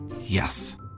Yes